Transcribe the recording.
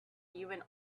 even